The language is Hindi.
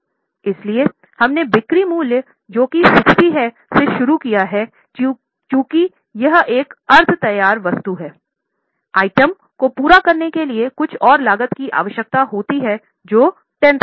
इसलिए हमने बिक्री मूल्य जो कि 60 है से शुरू किया है चूंकि यह एक अर्ध तैयार वस्तु है आइटम को पूरा करने के लिए कुछ और लागत की आवश्यकता होती है जो 10000 है